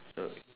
so